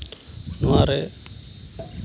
ᱱᱚᱣᱟᱨᱮ